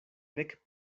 nek